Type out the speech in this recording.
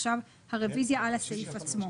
עכשיו הרוויזיה היא על הסעיף עצמו.